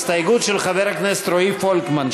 הסתייגות של חבר הכנסת רועי פולקמן,